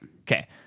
Okay